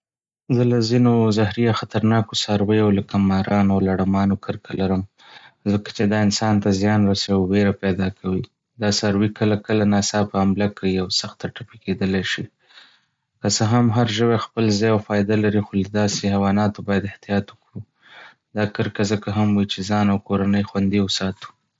زه له ځینو زهري یا خطرناکو څارويو لکه مارانو او لړمانو کرکه لرم، ځکه چې دا انسان ته زیان رسوي او وېره پیدا کوي. دا څاروي کله کله ناڅاپه حمله کوي او سخته ټپي کېدلای شي. که څه هم هر ژوی خپل ځای او فایده لري، خو له داسې حیواناتو باید احتیاط وکړو. دا کرکه ځکه هم وي چې ځان او کورنۍ خوندي وساتو.